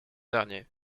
dernier